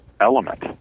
element